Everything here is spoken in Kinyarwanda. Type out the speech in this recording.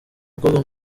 umukobwa